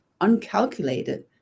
uncalculated